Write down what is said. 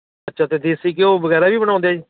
ਅੱਛਾ ਅਤੇ ਦੇਸੀ ਘਿਓ ਵਗੈਰਾ ਵੀ ਬਣਾਉਂਦੇ